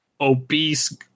obese